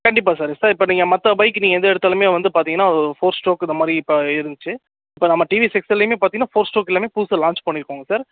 கண்டிப்பாக sir sir இப்போ நீங்கள் மற்ற பைக் நீங்கள் எது எடுத்தாலுமே வந்து பார்த்தீங்கன்னா ஃபோர் ஸ்டோக் இதை மாதிரி இப்போ இருந்துச்சு இப்போ நம்ம டிவிஎஸ் எக்ஸெல்லேயுமே பார்த்தீங்கன்னா ஃபோர் ஸ்டோக் எல்லாமே புதுசாக லான்ச் பண்ணிருக்கோங்க சார்